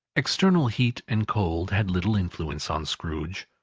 external heat and cold had little influence on scrooge.